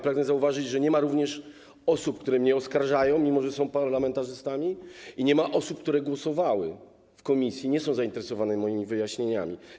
Pragnę zauważyć, że nie ma również osób, które mnie oskarżają, mimo że są parlamentarzystami, i nie ma osób, które głosowały w komisji - nie są zainteresowane moimi wyjaśnieniami.